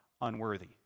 unworthy